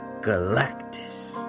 Galactus